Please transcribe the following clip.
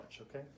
okay